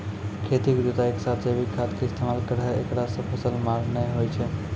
खेतों के जुताई के साथ जैविक खाद के इस्तेमाल करहो ऐकरा से फसल मार नैय होय छै?